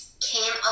came